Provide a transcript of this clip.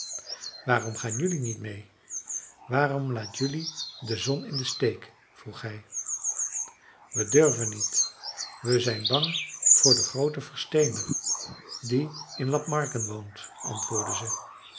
waarom gaan jelui niet meê waarom laat jelui de zon in den steek vroeg hij we durven niet we zijn bang voor den grooten versteener die in lapmarken woont antwoordden ze